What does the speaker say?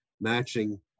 matching